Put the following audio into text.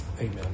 amen